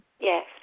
Yes